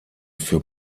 für